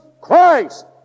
Christ